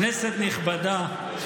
כנסת נכבדה,